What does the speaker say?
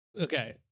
Okay